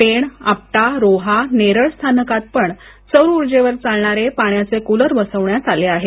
पेण आपटा रोहा आणि नेरळ स्थानकातही सौर उर्जेवर चालणारे पाण्याचे कूलर बसवण्यात् आले आहेत